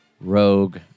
rogue